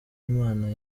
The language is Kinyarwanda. imana